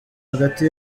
hagati